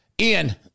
Ian